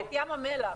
את ים המלח.